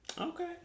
okay